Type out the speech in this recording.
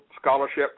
Scholarship